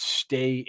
stay